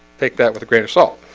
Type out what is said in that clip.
take that with a grain of salt